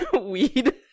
weed